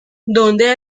dónde